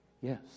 Yes